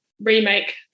remake